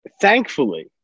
Thankfully